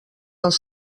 els